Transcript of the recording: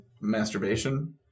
masturbation